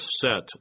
set